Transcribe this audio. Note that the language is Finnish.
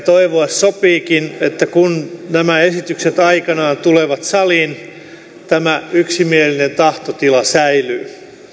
toivoa sopiikin että kun nämä esitykset aikanaan tulevat saliin tämä yksimielinen tahtotila säilyy